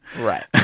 Right